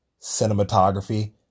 cinematography